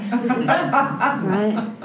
right